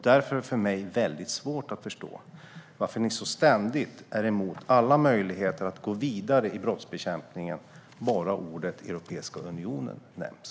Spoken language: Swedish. Därför är det för mig väldigt svårt att förstå varför ni ständigt är emot alla möjligheter att gå vidare i brottsbekämpningen bara orden Europeiska unionen nämns.